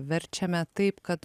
verčiame taip kad